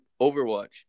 Overwatch